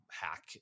hack